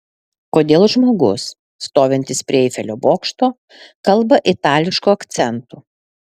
kodėl žmogus stovintis prie eifelio bokšto kalba itališku akcentu